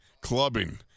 clubbing